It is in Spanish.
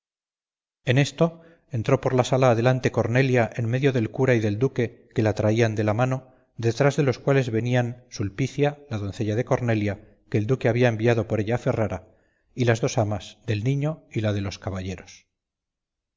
en esto entró por la sala adelante cornelia en medio del cura y del duque que la traía de la mano detrás de los cuales venían sulpicia la doncella de cornelia que el duque había enviado por ella a ferrara y las dos amas del niño y la de los caballeros